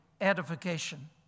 edification